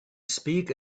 speak